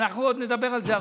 אנחנו עוד נדבר על זה הרבה.